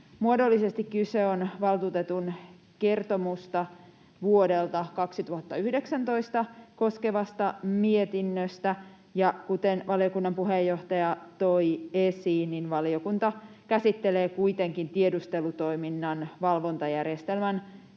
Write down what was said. Muodollisesti kyse on valtuutetun kertomusta vuodelta 2019 koskevasta mietinnöstä, ja kuten valiokunnan puheenjohtaja toi esiin, niin valiokunta käsittelee kuitenkin tiedustelutoiminnan valvontajärjestelmän toimintaa